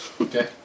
Okay